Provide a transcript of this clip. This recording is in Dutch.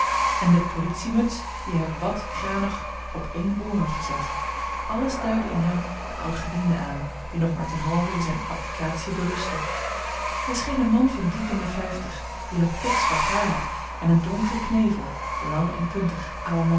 en de politiemuts die hij wàt kranig op één oor had gezet alles duidde in hem den oudgediende aan die nog maar ten halve in zijne abdicatie berustte hij scheen een man van diep in de vijftig die nog pikzwart haar had en een donkeren knevel lang en puntig à